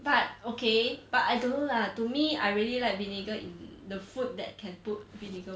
but okay but I don't know lah to me I really like vinegar the food that can put vinegar [one] 就是爱吃醋 mah